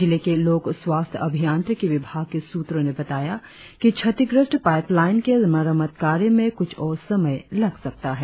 जिले के लोक स्वास्थ्य अभियांत्रिकी विभाग के सूत्रों ने बताया कि क्षतिग्रस्त पाईपलाइन के मरम्मत कार्य में कुछ समय लग सकता है